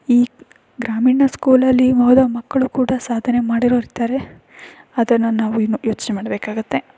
ಈ ಗ್ರಾಮೀಣ ಸ್ಕೂಲಲ್ಲಿ ಓದೋ ಮಕ್ಕಳು ಕೂಡಾ ಸಾಧನೆ ಮಾಡಿರೋರ್ತಾರೆ ಅದನ್ನು ನಾವು ಇನ್ನು ಯೋಚನೆ ಮಾಡಬೇಕಾಗತ್ತೆ